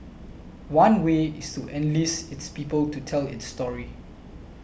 one way is to enlist its people to tell its story